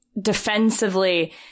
defensively